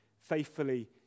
faithfully